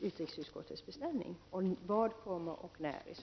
utrikesutskottets beställning? Vad kommer, och i så fall när?